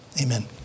Amen